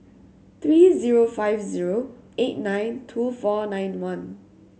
three five eight nine two four nine one